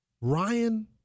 Ryan